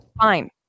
fine